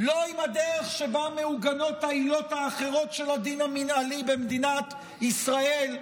לא עם הדרך שבה מעוגנות העילות האחרות של הדין המינהלי במדינת ישראל,